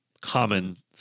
common